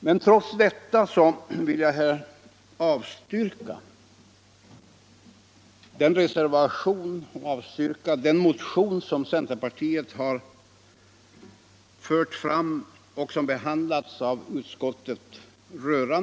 Men trots detta vill jag avstyrka bifall till dén reservation och den motion rörande en ny ekonomisk världsordning som centerpartiet har fört fram och som har behandlats av utskottet.